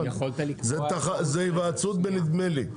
זו היוועצות בנדמה לי.